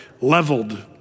leveled